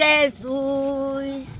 Jesus